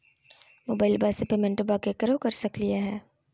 मोबाइलबा से पेमेंटबा केकरो कर सकलिए है?